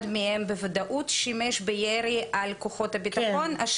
אחד מהם בוודאות שימש בירי על כוחות הביטחון.